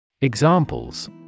Examples